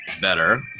better